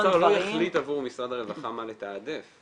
האוצר לא יחליט עבור משרד הרווחה מה לתעדף.